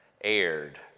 aired